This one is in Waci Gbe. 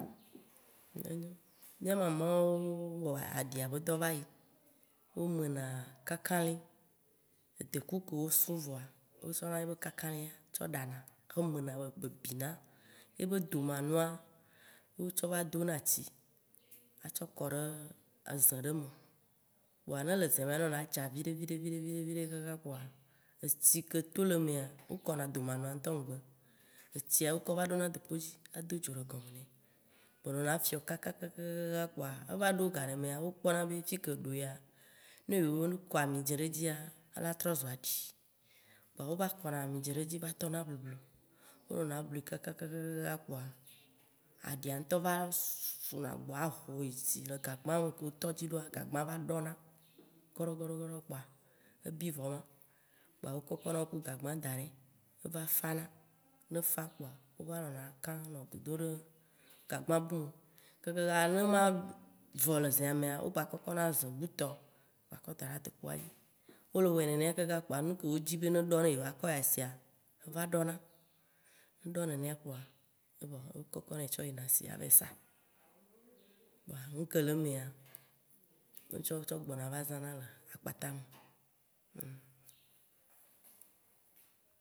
Mì mamawo wɔ aɖia be dɔ va yi, womena kakalĩ, deku kewo suŋ voa. wo tsɔ na ye be kakalĩa tsɔ ɖa na tsɔ me na, be bina. Ye be domanua, wo tsɔ va do na tsi atsɔ kɔɖe eze ɖe me, kpoa ne le zea mea, enɔna dza viɖe viɖe viɖe kaka kpoa, etsi ke to le emea, wo kɔna domanua ŋtɔ ŋgbe, etsia, wo kɔ va ɖona dokpo dzi, ado dzo ɖe gɔme nɛ, be ɖo la fiɔ kakakakaka kpoa ne va ɖo gaɖe mea, wo kpɔ na be fike eɖo ya, ne yewo kɔ amidzĩ ɖe edzia, ela trɔ zu aɖi, kpoa wo va kɔna amidzĩ ɖe dzi va tɔna eblublu, wo nɔna blum kakakaka kpoa, aɖia ŋtɔ va su na gbɔ aho yi dzi le gagba le gagbã yi me wotɔ̃ ye dzi ɖoa, gagbã va ɖɔna goɖɔ, gɔɖɔ, gɔɖɔ kpoa ebi vɔ ma, kpoa wokɔkɔ na wo ku gagba da ɖɛ eva fãna, ne efã kpoa wo va nɔna kãŋ anɔ dodo ɖe gagba bu me. Kakaka ne ema vɔ le zea mea, wogba kɔkɔna ze bu tɔ gba xɔ da ɖe adokpoa dzi. No le wɔe nenea kaka kpoa nuke wo dzi be ne ɖɔ ne yiwo akɔ yi asia eva ɖona. Ne ɖɔ nenea kpoa evɔ wo kɔkɔ nɛ tsɔ yina asi ava yi sa. Kpoa ŋke le emea, wotsɔ tsɔ gbɔna va zãna le akpata me.